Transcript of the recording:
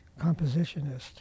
compositionist